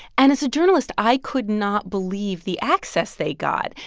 and as a journalist, i could not believe the access they got.